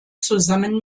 zusammen